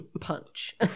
Punch